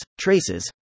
traces